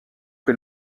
que